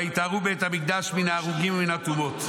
ויטהרו בית המקדש מן ההרוגים ומן הטומאות".